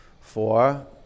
Four